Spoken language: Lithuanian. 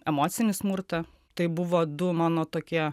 emocinį smurtą tai buvo du mano tokie